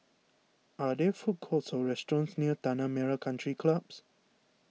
are there food courts or restaurants near Tanah Merah Country Clubs